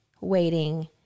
waiting